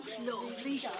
Lovely